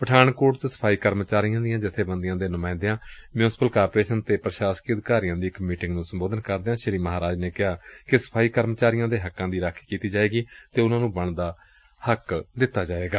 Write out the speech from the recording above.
ਪਠਾਨਕੋਟ ਚ ਸਫਾਈ ਕਰਮਚਾਰੀਆਂ ਦੀਆਂ ਜਬੇਬੰਦੀਆਂ ਦੇ ਨੁਮਾਇੰਦਿਆਂ ਮਿਉਂਸਪਲ ਕਾਰਪੋਰੇਸ਼ਨ ਅਤੇ ਪ੍ਰਸ਼ਾਸਕੀ ਅਧਿਕਾਰੀਆਂ ਦੀ ਇਕ ਮੀਟਿੰਗ ਨੂੰ ਸੰਬੋਧਨ ਕਰਦਿਆਂ ਸ੍ਰੀ ਮਾਹਰਾਜ ਨੇ ਕਿਹਾ ਕਿ ਸਫਾਈ ਕਰਮਚਾਰੀਆਂ ਦੇ ਹੱਕਾਂ ਦੀ ਰਾਖੀ ਕੀਡੀ ਜਾਏਗੀ ਅਡੇ ਉਨੁਾਂ ਨੂੰ ਬਣਦਾ ਹੱਕ ਦਿੱਡਾ ਜਾਏਗਾ